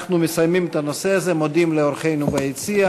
אנחנו מסיימים את הנושא הזה, מודים לאורחינו ביציע